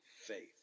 faith